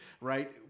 right